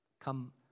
come